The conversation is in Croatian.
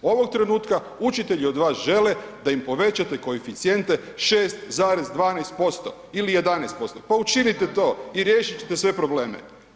Ovog trenutka, učitelji od vas žele da im povećate koeficijente 6,12% ili 11%, pa učinite to i riješit ćete sve probleme.